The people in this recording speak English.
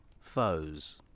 foes